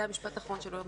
זה המשפט האחרון שלא אמרתי,